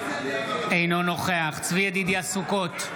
אינו נוכח צבי ידידיה סוכות,